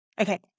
Okay